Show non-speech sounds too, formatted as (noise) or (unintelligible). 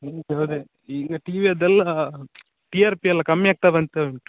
(unintelligible) ಈಗ ಟಿ ವಿಯದ್ದೆಲ್ಲಾ T R P ಎಲ್ಲ ಕಮ್ಮಿ ಆಗ್ತ ಬಂತ ಉಂಟು